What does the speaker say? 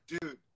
dude